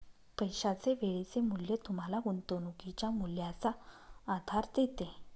पैशाचे वेळेचे मूल्य तुम्हाला गुंतवणुकीच्या मूल्याचा आधार देते